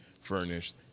furnished